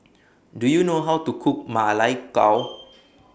Do YOU know How to Cook Ma Lai Gao